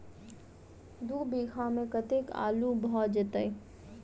दु बीघा मे कतेक आलु भऽ जेतय?